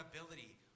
ability